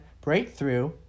Breakthrough